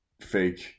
fake